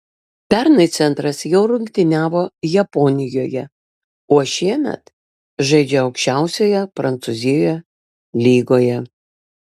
pernai centras jau rungtyniavo japonijoje o šiemet žaidžia aukščiausioje prancūzijoje lygoje